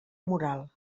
moral